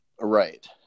Right